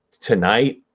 tonight